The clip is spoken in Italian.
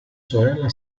sorella